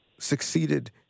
Succeeded